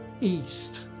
east